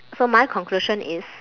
so my conclusion is